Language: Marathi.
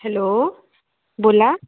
हॅलो बोला